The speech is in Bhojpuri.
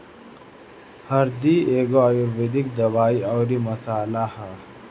हरदी एगो आयुर्वेदिक दवाई अउरी मसाला हअ